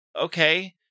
okay